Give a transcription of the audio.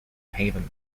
haven